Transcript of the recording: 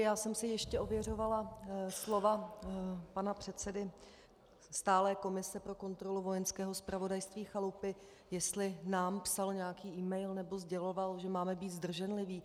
Já jsem si ještě ověřovala slova pana předsedy stálé komise pro kontrolu Vojenského zpravodajství Chalupy, jestli nám psal nějaký email nebo sděloval, že máme být zdrženliví.